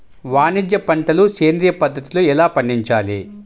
వాణిజ్య పంటలు సేంద్రియ పద్ధతిలో ఎలా పండించాలి?